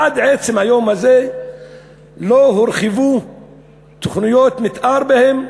עד עצם היום הזה לא הורחבו תוכניות מתאר בהם,